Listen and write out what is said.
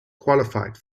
qualified